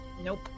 Nope